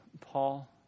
Paul